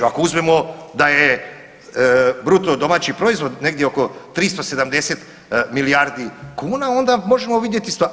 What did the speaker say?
Ako uzmemo da je bruto domaći proizvod negdje oko 370 milijardi kuna onda možemo vidjeti stvar.